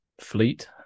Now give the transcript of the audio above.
fleet